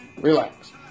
Relax